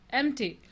empty